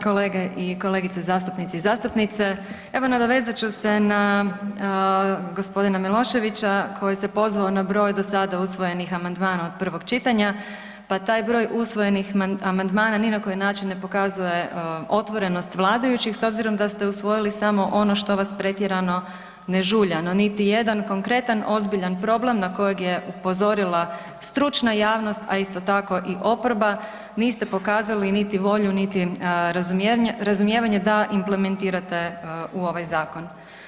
Kolege i kolegice zastupnici i zastupnice, evo nadovezat ću se na g. Miloševića koji se pozvao na broj do sada usvojenih amandmana od prvog čitanja, pa taj broj usvojenih amandmana ni na koji način ne pokazuje otvorenost vladajućih s obzirom da ste usvojili samo ono što vas pretjerano ne žulja no niti jedan konkretan ozbiljan problem na kojeg je upozorila stručna javnost a isto tako i oporba, niste pokazali niti volju niti razumijevanje da implementirate u ovaj zakon.